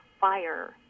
fire